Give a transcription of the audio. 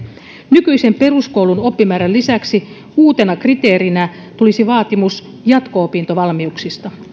nykyisen peruskoulun oppimäärän lisäksi uutena kriteerinä tulisi vaatimus jatko opintovalmiuksista